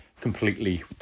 completely